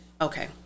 Okay